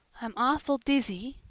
i'm awful dizzy,